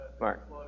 Mark